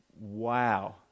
wow